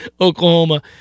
Oklahoma